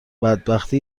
بدبختی